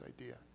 idea